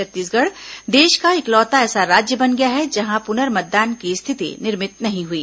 छत्तीसगढ़ देश का इकलौता ऐसा राज्य बन गया है जहां पुनर्मतदान की स्थिति निर्मित नहीं हुई